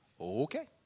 Okay